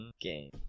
game